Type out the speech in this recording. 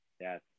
yes